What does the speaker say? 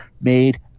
made